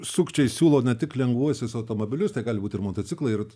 sukčiai siūlo ne tik lengvuosius automobilius tai gali būt ir motociklai ir